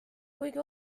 kuigi